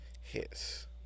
Hits